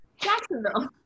Jacksonville